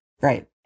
Right